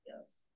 yes